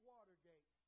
Watergate